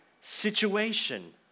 situation